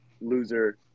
Loser